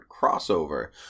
crossover